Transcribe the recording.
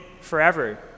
forever